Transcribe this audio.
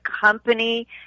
company